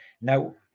Now